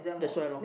that's why loh